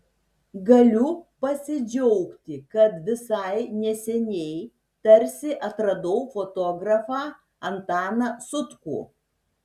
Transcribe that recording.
galiu pasidžiaugti kad visai neseniai tarsi atradau fotografą antaną sutkų